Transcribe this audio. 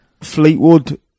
Fleetwood